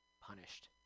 punished